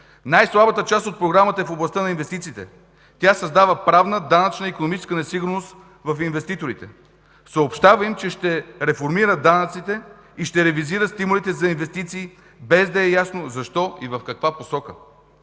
Най-слабата част от програмата е в областта на инвестициите. Тя създава правна, данъчна и икономическа несигурност в инвеститорите. Съобщава им, че ще реформира данъците и ще ревизира стимулите за инвестиции, без да е ясно защо и в каква посока.